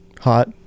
hot